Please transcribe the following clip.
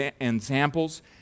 examples